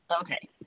Okay